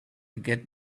get